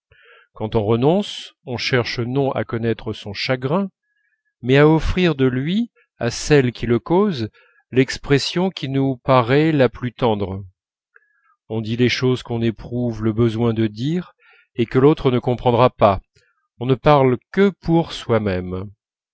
quand on renonce on cherche non à connaître son chagrin mais à offrir de lui à celle qui le cause l'expression qui nous paraît la plus tendre on dit les choses qu'on éprouve le besoin de dire et que l'autre ne comprendra pas on ne parle que pour soi-même